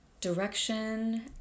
direction